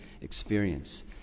experience